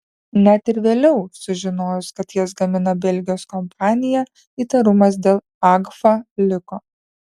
net ir vėliau sužinojus kad jas gamina belgijos kompanija įtarumas dėl agfa liko